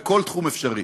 בכל תחום אפשרי.